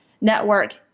network